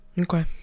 Okay